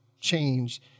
change